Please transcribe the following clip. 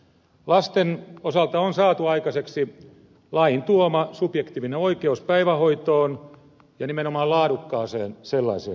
lasten osalta on saatu aikaiseksi lain tuoma subjektiivinen oikeus päivähoitoon ja nimenomaan laadukkaaseen sellaiseen